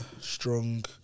strong